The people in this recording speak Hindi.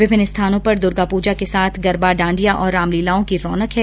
विभिन्न स्थानों पर दुर्गा पूजा के साथ गरबा डांडिया और राम लीलाओं की रौनक है